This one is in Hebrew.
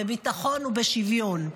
בביטחון ובשוויון.